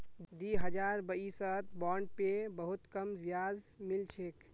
दी हजार बाईसत बॉन्ड पे बहुत कम ब्याज मिल छेक